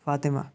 Fatima